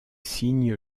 signe